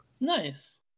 Nice